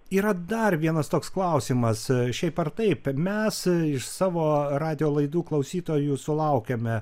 yra dar vienas toks klausimas šiaip ar taip mes iš savo radijo laidų klausytojų sulaukiame